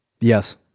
Yes